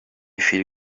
feel